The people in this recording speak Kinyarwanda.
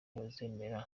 bazemera